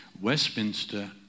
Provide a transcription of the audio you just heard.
Westminster